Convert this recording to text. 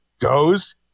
goes